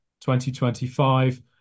2025